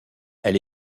elle